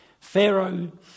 Pharaoh